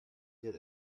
did